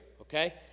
okay